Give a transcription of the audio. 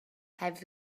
have